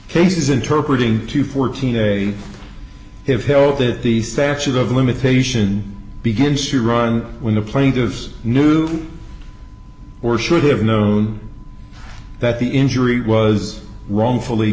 cases interpret ing to fourteen they have held that the statute of limitation begins to run when the plaintiffs knew or should have known that the injury was wrongfully